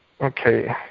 Okay